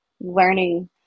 learning